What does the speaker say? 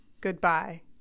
Goodbye